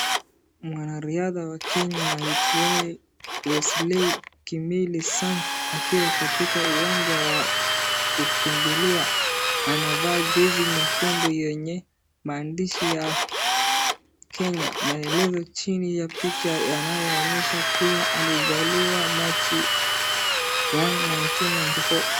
Mwanariadha wa Kenya aaitwaye Wesley Kimeli Sang akiwa katika uwanja wa kukimbilia anavaa jezi nyekundu yenye maandishi ya Kenya na maelezo ya chini ya picha yanayonyesha kuwa alizaliwa Machi one ,ninteen ninety four .